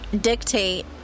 dictate